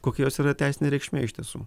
kokios yra teisinė reikšmė iš tiesų